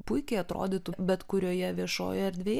puikiai atrodytų bet kurioje viešojoje erdvėje